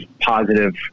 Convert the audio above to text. positive